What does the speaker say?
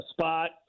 spot